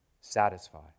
satisfy